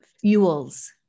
fuels